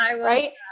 Right